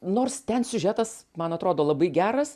nors ten siužetas man atrodo labai geras